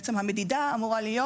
בעצם, המדידה אמורה להיות